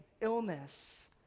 illness